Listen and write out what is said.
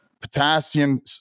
potassium